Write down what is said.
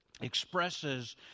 expresses